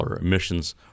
emissions